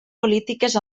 polítiques